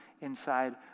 inside